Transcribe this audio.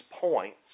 points